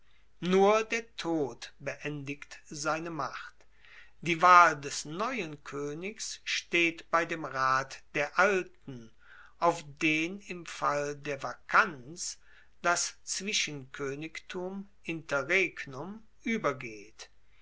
nur der tod beendigt seine macht die wahl des neuen koenigs steht bei dem rat der alten auf den im fall der vakanz das zwischenkoenigtum interregnum uebergeht